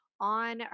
on